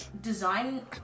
design